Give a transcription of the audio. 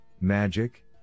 MAGIC